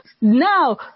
now